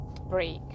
break